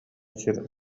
сир